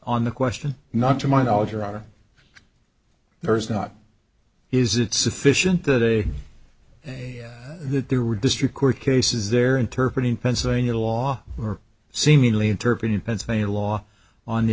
on the question not to my knowledge your honor there is not is it sufficient that a that there were district court cases there interpret in pennsylvania law or seemingly interpret in pennsylvania law on the